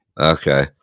Okay